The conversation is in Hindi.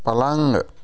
पलंग